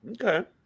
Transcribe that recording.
okay